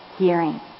hearing